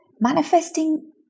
Manifesting